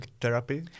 therapy